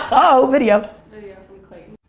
oh video. video from clayton.